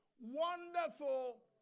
Wonderful